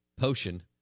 potion